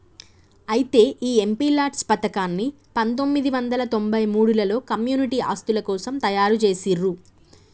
అయితే ఈ MP LADS పథకాన్ని పందొమ్మిది వందల తొంభై మూడులలో కమ్యూనిటీ ఆస్తుల కోసం తయారు జేసిర్రు